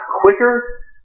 quicker